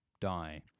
die